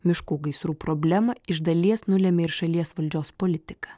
miškų gaisrų problemą iš dalies nulemia ir šalies valdžios politika